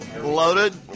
loaded